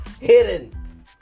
hidden